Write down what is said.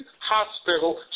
hospital